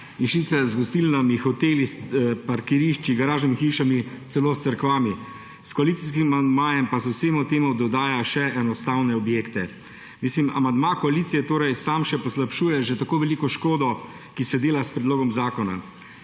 in sicer z gostilnami, hoteli, parkirišči, garažnimi hišami, celo s cerkvami. S koalicijskem amandmajem pa se vsemu temu dodaja še enostavne objekte. Mislim, amandma koalicije torej samo še poslabšuje že tako veliko škodo, ki se dela s predlogom zakona.